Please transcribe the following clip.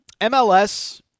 MLS